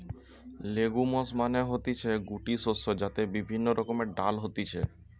legumes মানে হতিছে গুটি শস্য যাতে বিভিন্ন রকমের ডাল হতিছে